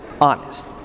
honest